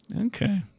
Okay